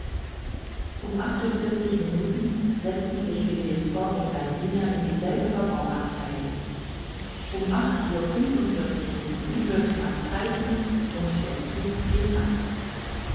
um acht uhr vierzig minuten setzten sich phileas fogg und sein diener in dieselbe waggon abtheilung um acht uhr fünfundvierzig minuten hörte man pfeifen und der zug ging ab